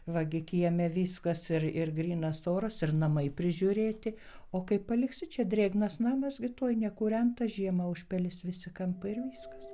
va gi kieme viskas ir ir grynas oras ir namai prižiūrėti o kai paliksiu čia drėgnas namas gi tuoj nekūrenta žiemą užpelys visi kampai ir viskas